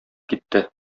китте